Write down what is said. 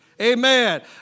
Amen